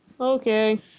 Okay